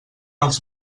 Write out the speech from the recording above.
els